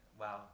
Wow